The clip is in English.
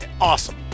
awesome